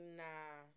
nah